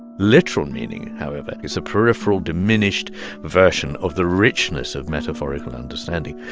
literal meaning, however, is a peripheral, diminished version of the richness of metaphorical understanding.